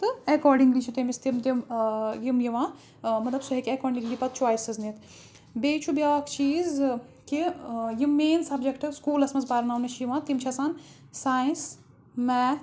accordingly چھِ تٔمِس تِم تِم یِم یِوان مطلب سُہ ہیٚکہِ اٮ۪کاڈِنٛگلی پَتہٕ چویسٕز نِتھ بیٚیہِ چھُ بیٛاکھ چیٖز کہِ یِم مین سَبجَکٹ سکوٗلَس منٛز پَرناونہٕ چھِ یِوان تِم چھِ آسان ساینَس میتھ